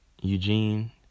Eugene